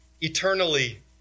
eternally